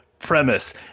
premise